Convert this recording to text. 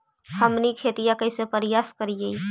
हमनी खेतीया कइसे परियास करियय?